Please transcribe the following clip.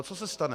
Co se stane?